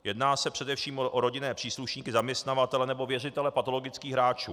Jedná se především o rodinné příslušníky, zaměstnavatele nebo věřitele patologických hráčů.